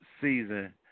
season